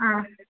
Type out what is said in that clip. हँ